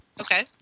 Okay